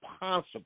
possible